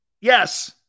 yes